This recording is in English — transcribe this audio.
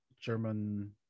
German